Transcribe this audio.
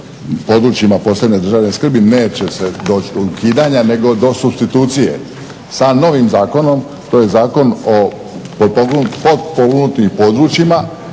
područjima posebne državne skrbi neće doći do ukidanja nego do supstitucije sa novim zakonom. To je Zakon o potpomognutim područjima